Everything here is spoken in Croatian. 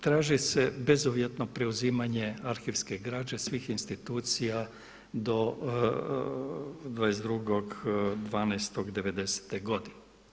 Traži se bezuvjetno preuzimanje arhivske građe svih institucija do 22.12.'90.-te godine.